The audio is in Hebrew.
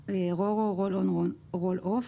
RO RO Roll on/Roll of,